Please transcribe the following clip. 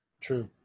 True